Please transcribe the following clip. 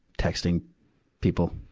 texting people.